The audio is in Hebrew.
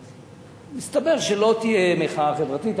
ומסתבר שלא תהיה מחאה חברתית.